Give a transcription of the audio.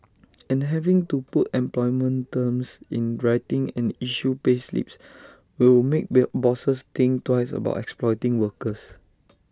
and having to put employment terms in writing and issue payslips will make bill bosses think twice about exploiting workers